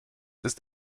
ist